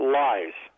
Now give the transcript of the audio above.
lies